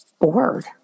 bored